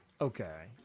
Okay